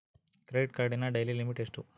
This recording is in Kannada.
ಕ್ರೆಡಿಟ್ ಕಾರ್ಡಿನ ಡೈಲಿ ಲಿಮಿಟ್ ಎಷ್ಟು?